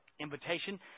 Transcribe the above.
invitation